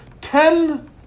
ten